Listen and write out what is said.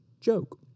joke